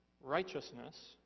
righteousness